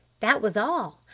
that was all!